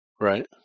Right